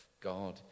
God